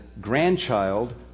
grandchild